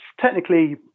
technically